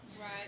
Right